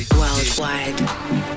worldwide